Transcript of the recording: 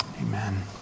amen